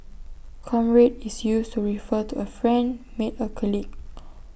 comrade is used to refer to A friend mate or colleague